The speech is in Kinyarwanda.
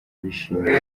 wishimiwe